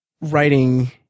writing